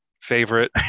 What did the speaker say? favorite